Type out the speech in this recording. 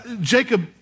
Jacob